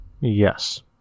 Yes